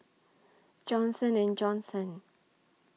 Johnson and Johnson